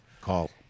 Call